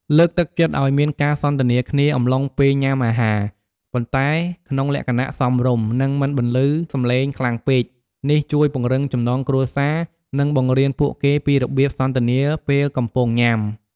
លើកទឹកចិត្តឲ្យមានការសន្ទនាគ្នាអំឡុងពេលញ៉ាំអាហារ ប៉ុន្តែក្នុងលក្ខណៈសមរម្យ និងមិនបន្លឺសំឡេងខ្លាំងពេក នេះជួយពង្រឹងចំណងគ្រួសារ និងបង្រៀនពួកគេពីរបៀបសន្ទនាពេលកំពុងញ៉ាំ។